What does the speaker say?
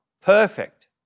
perfect